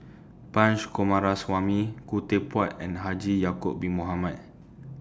Punch Coomaraswamy Khoo Teck Puat and Haji Ya'Acob Bin Mohamed